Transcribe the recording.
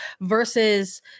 versus